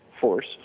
force